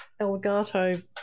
Elgato